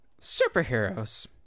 Superheroes